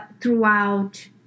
throughout